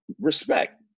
respect